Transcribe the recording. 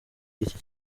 iki